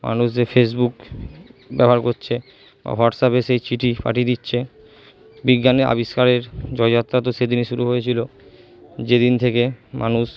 মানুষ যে ফেসবুক ব্যবহার করছে হোয়াটসঅ্যাপে সেই চিঠি পাঠিয়ে দিচ্ছে বিজ্ঞানের আবিষ্কারের জয়যাত্রা তো সেদিনই শুরু হয়েছিলো যেদিন থেকে মানুষ